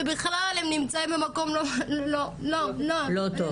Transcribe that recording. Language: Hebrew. שבכלל הם נמצאים במקום לא לא -- לא טוב.